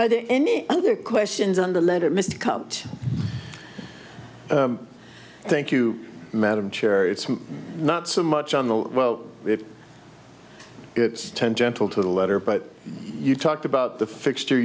by the any other questions on the letter mr cut thank you madam chair it's not so much on the well if it's ten gentle to the letter but you talked about the fixture